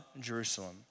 Jerusalem